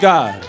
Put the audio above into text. God